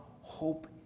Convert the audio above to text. hope